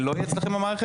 זה לא יהיה אצלכם במערכת.